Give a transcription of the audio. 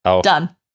Done